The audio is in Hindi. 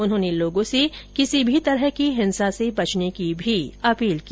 उन्होंने लोगों से किसी भी तरह की हिंसा से बचने की भी अपील की